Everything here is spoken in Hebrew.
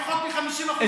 פחות מ-50%, נכון?